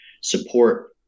support